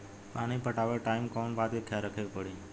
पानी पटावे टाइम कौन कौन बात के ख्याल रखे के पड़ी?